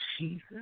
Jesus